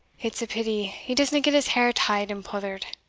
it's a pity he disna get his hair tied and pouthered,